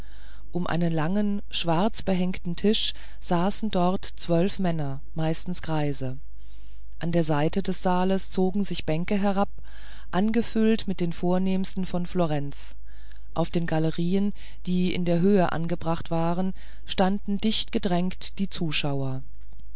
um einen langen schwarzbehängten tisch saßen dort zwölf männer meistens greise an den seiten des saales zogen sich bänke herab angefüllt mit den vornehmsten von florenz auf den galerien die in der höhe angebracht waren standen dicht gedrängt die zuschauer